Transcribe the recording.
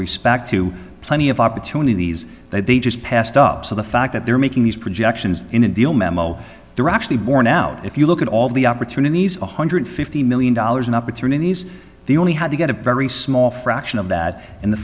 respect to plenty of opportunities that they just passed up so the fact that they're making these projections in a deal memo directly borne out if you look at all the opportunities one hundred fifty million dollars in opportunities they only had to get a very small fraction of that and the